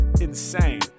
insane